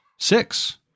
Six